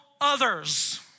others